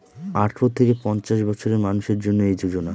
আঠারো থেকে পঞ্চাশ বছরের মানুষের জন্য এই যোজনা